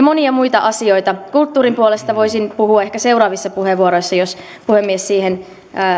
monia muita asioita kulttuurin puolesta voisin puhua ehkä seuraavissa puheenvuoroissa jos puhemies siihen